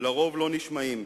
על-פי רוב לא נשמעים,